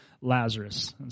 Lazarus